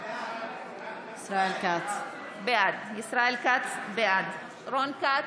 בעד רון כץ,